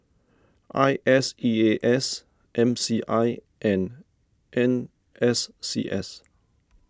I S E A S M C I and N S C S